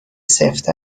سفت